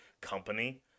company